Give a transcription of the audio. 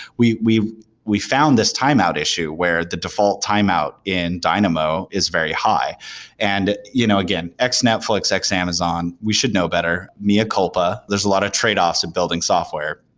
we we we found this timeout issue where the default timeout in dynamo is very high and, you know again, x-netflix, x amazon, we should know better, mea culpa. there's a lot of trade-offs of building software.